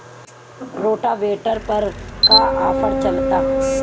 Rotavator पर का offer चलता?